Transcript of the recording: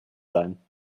sein